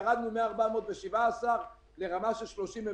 ירדנו מ-417 לכ-30.